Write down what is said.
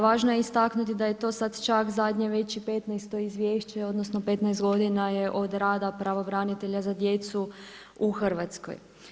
Važno je istaknuti da je to sad čak zadnje već i 15. izvješće, odnosno 15 godina je od rada pravobranitelja za djecu u RH.